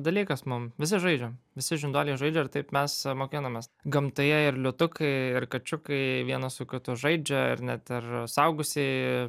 dalykas mum visi žaidžia visi žinduoliai žaidžia ir taip mes mokinamės gamtoje ir liūtukai ir kačiukai vienas su kitu žaidžia ir net ir suaugusieji